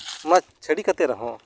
ᱚᱱᱟ ᱪᱷᱟᱹᱲᱤ ᱠᱟᱛᱮ ᱨᱮᱦᱚᱸ